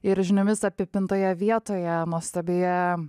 ir žiniomis apipintoje vietoje nuostabioje